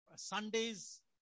Sundays